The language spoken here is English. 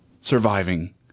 surviving